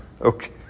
Okay